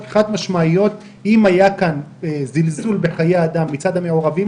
חד-משמעיות אם היה כאן זלזול בחיי אדם מצד המעורבים.